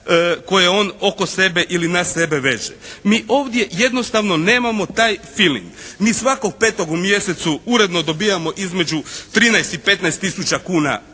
koje on oko sebe ili na sebe veže. Mi ovdje jednostavno nemamo taj filing. Mi svakog 5. u mjesecu uredno dobijamo između 13 i 15 tisuća